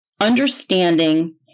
Understanding